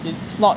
it's not